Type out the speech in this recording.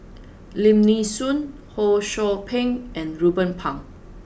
Lim Nee Soon Ho Sou Ping and Ruben Pang